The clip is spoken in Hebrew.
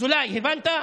אזולאי, הבנת?